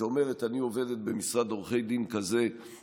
היא אומרת: אני עובדת במשרד עורכי דין, הם